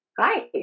Hi